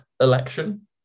election